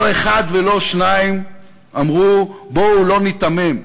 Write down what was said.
לא אחד ולא שניים אמרו: בואו לא ניתמם.